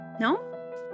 No